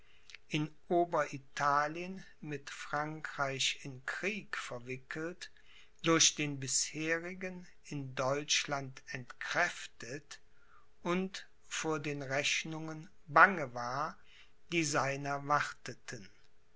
in oberitalien mit frankreich in krieg verwickelt durch den bisherigen in deutschland entkräftet und vor den rechnungen bange war die seiner warteten